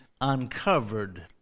uncovered